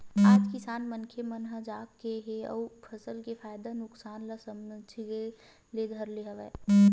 आज किसान मनखे मन ह जाग गे हे अउ फसल के फायदा नुकसान ल समझे ल धर ले हे